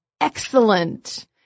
excellent